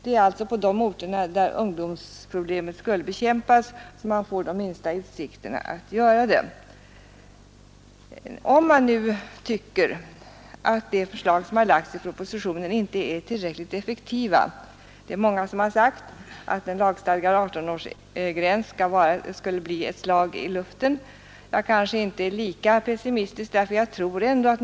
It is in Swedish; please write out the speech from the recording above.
Det är alltså på de orter där ungdomsproblemet skulle bekämpas som man har de minsta utsikterna att göra det. Många har sagt att en lagstadgad 18-årsgräns skulle bli ett slag i luften. Jag kanske inte är lika pessimistisk.